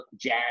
jazz